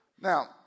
Now